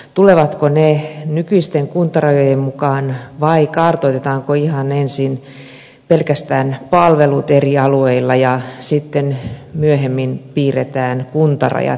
tulevatko ne nykyisten kuntarajojen mukaan vai kartoitetaanko ihan ensin pelkästään palvelut eri alueilla ja sitten myöhemmin piirretään kuntarajat niiden ympärille